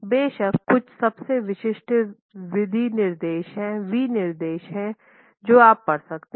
बेशक कुछ सबसे विशिष्ट विनिर्देश हैं जो आप पढ़ सकते हैं